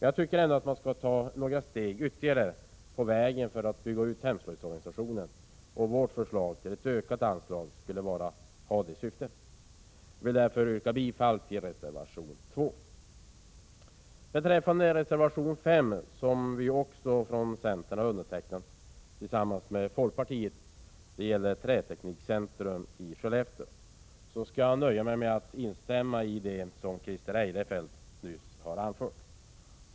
Jag tycker ändå att man skall ta några steg ytterligare på vägen för att bygga upp hemslöjdsorganisationen. Vårt förslag om ett ökat anslag har det syftet. Jag vill därför yrka bifall till reservation 2. Beträffande reservation 5 om ett Träteknikcentrum i Skellefteå, en reservation som vi har undertecknat tillsammans med folkpartiet, skall jag nöja mig med att instämma i det Christer Eirefelt nyss anförde.